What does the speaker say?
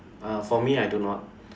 uh for me I do not